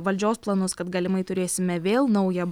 valdžios planus kad galimai turėsime vėl naują